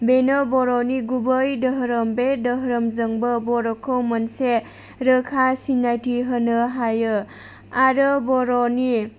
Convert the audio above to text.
बेनो बर'नि गुबै धोरोम बे धोरोमजोंबो बर'खौ मोनसे रोखा सिनायथि होनो हायो आरो बर'नि